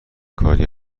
کاری